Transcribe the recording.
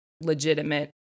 legitimate